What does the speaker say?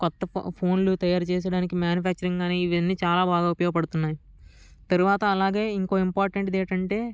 క్రొత్త ఫోన్లు తయారు చేయడానికి మ్యానుఫ్యాక్చరింగ్ అని ఇవన్నీ చాలా బాగా ఉపయోగపడుతున్నాయి తరువాత అలాగే ఇంకో ఇంపార్టెంట్ ఏంటంటే